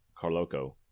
Carloco